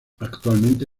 actualmente